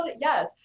yes